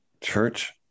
Church